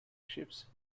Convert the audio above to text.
ships